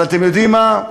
אבל אתם יודעים מה?